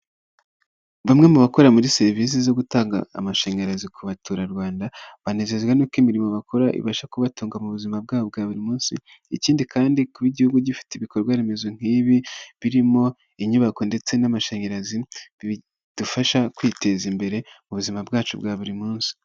Bamwe mu bakora muri serivisi zo gutanga amashanyarazi ku baturarwanda, banezezwa n'uko imirimo bakora ibasha kubatunga mu buzima bwabo bwa buri munsi, ikindi kandi kuba Igihugu gifite ibikorwaremezo nk'ibi birimo inyubako ndetse n'amashanyarazi, bidufasha kwiteza imbere mu buzima bwacu bwa buri munsi.